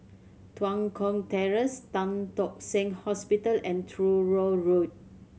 Tua Kong Terrace Tan Tock Seng Hospital and Truro Road